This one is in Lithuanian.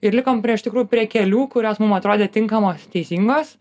ir likom prie iš tikrųjų prie kelių kurios mum atrodė tinkamos teisingos